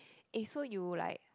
eh so you like